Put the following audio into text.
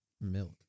milk